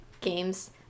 games